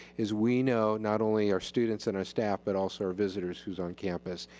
is we know not only our students and our staff, but also our visitors who's on campus.